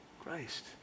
Christ